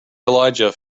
elijah